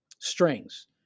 strings